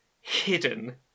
hidden